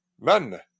None